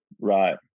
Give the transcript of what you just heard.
Right